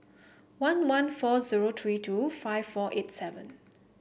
one one four zero three two five four eight seven